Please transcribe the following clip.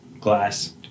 glass